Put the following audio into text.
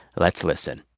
let's listen